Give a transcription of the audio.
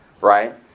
right